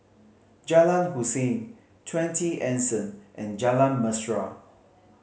Jalan Hussein Twenty Anson and Jalan Mesra